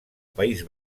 país